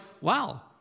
wow